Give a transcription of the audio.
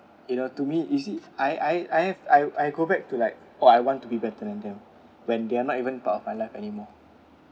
you know to me is if I I I've I go back to l oh I want to be better than them when they are not even part of my life anymore